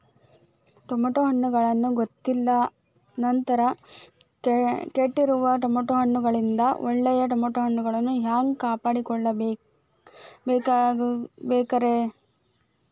Tomato ಹಣ್ಣುಗಳನ್ನ ಗೊತ್ತಿಲ್ಲ ನಂತರ ಕೆಟ್ಟಿರುವ ಟಮಾಟೊದಿಂದ ಒಳ್ಳೆಯ ಟಮಾಟೊಗಳನ್ನು ಹ್ಯಾಂಗ ಕಾಪಾಡಿಕೊಳ್ಳಬೇಕರೇ?